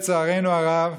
לצערנו הרב,